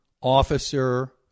officer